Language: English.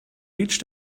reached